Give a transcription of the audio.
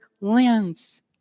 lens